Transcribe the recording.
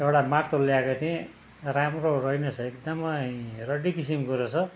एउटा मार्तोल ल्याएको थिएँ राम्रो रहेन छ एकदमै रड्डी किसिमको रहेछ